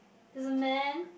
there's a man